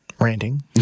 ranting